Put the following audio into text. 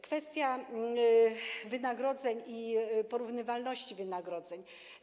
Kwestia wynagrodzeń i porównywalności wynagrodzeń.